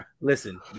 Listen